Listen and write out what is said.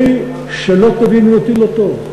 שלא תבינו אותי לא טוב,